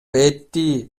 этти